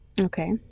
Okay